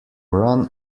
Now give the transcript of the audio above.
run